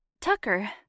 Tucker